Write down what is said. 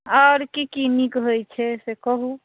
आओर की की नीक होइ छै से कहूँ